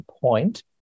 point